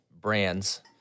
brands